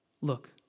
Look